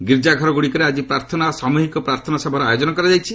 ଗୀର୍ଜାଘରଗୁଡ଼ିକରେ ଆଜି ପ୍ରାର୍ଥନା ଓ ସାମୁହିକ ପ୍ରାର୍ଥୀନା ସଭାର ଆୟୋକ୍ରନ କରାଯାଇଛି